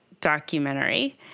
Documentary